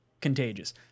contagious